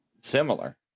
Similar